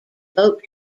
boat